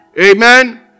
Amen